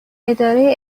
اداره